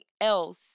else